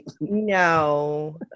No